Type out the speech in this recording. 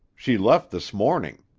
she left this morning.